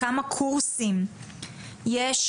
כמה קורסים יש,